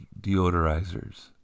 deodorizers